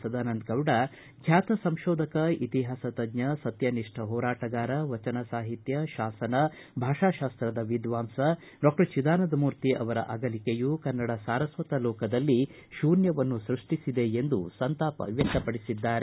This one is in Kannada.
ಸದಾನಂದಗೌಡ ಬ್ಯಾತ ಸಂಶೋಧಕ ಇತಿಹಾಸ ತಜ್ಞ ಸತ್ಯ ನಿಷ್ಠ ಹೋರಾಟಗಾರ ವಚನ ಸಾಹಿತ್ಯ ಶಾಸನ ಭಾಷಾ ಶಾಸ್ತದ ವಿದ್ವಾಂಸ ಡಾಕ್ಷರ್ ಚಿದಾನಂದಮೂರ್ತಿ ಅವರ ಅಗಲಿಕೆಯು ಕನ್ನಡ ಸಾರಸ್ತತ ಲೋಕದಲ್ಲಿ ಶ್ಲೂನ್ಲವನ್ನು ಸೃಷ್ಷಿಸಿದೆ ಎಂದು ಸಂತಾಪ ವ್ಯಕ್ತಪಡಿಸಿದ್ದಾರೆ